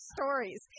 stories